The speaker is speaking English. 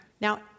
now